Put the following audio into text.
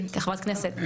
תפקידי, כחברת כנסת.